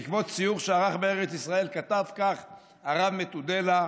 בעקבות סיור שערך בארץ ישראל, כתב כך הרב מטודלה: